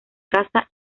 caza